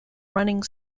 running